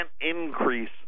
increase